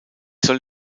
soll